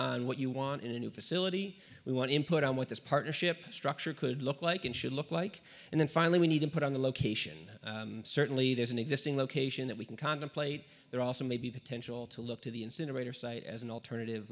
on what you want in a new facility we want input on what this partnership structure could look like it should look like and then finally we need to put on the location certainly there's an existing location that we can contemplate there also may be potential to look to the incinerator site as an alternative